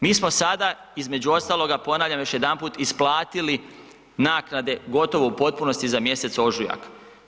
Mi smo sada između ostaloga ponavljam još jedanput, isplatili naknade gotovo u potpunosti za mjesec ožujak.